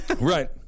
Right